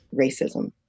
racism